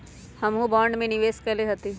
हमहुँ बॉन्ड में निवेश कयले हती